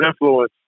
influence